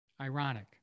ironic